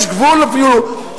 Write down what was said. יש גבול אפילו,